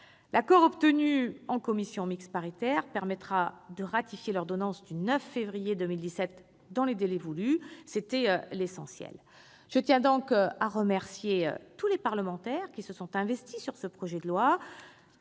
L'accord obtenu en commission mixte paritaire permettra de ratifier l'ordonnance du 9 février 2017 dans les délais voulus : c'était essentiel. Je tiens à remercier tous les parlementaires qui se sont investis dans l'examen de ce